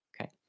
okay